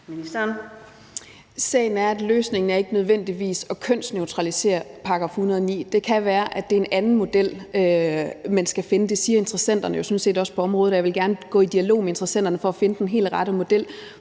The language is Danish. Sagen er, at løsningen ikke nødvendigvis er at kønsneutralisere § 109. Det kan være, at det er en anden model, man skal finde. Det siger interessenterne på området sådan set også, og jeg vil gerne gå i dialog med interessenterne for at finde den helt rette model,